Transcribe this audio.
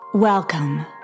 Welcome